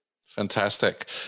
Fantastic